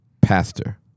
pastor